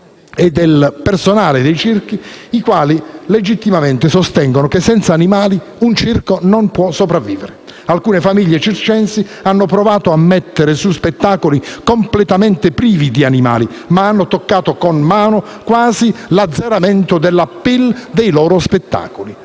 e del loro personale, che legittimamente sostengono che senza animali un circo non può sopravvivere. Alcune famiglie circensi hanno provato a metter su spettacoli completamente privi di animali, ma hanno toccato con mano quasi l'azzeramento dell'*appeal* dei loro spettacoli.